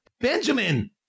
Benjamin